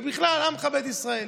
ובכלל עמך בית ישראל.